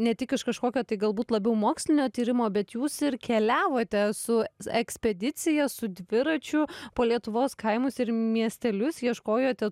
ne tik iš kažkokio tai galbūt labiau mokslinio tyrimo bet jūs ir keliavote su ekspedicija su dviračiu po lietuvos kaimus ir miestelius ieškojote